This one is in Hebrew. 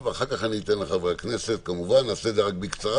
שנמצא כבר על שולחן